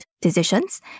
decisions